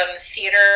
theater